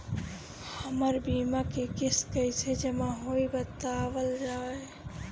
हमर बीमा के किस्त कइसे जमा होई बतावल जाओ?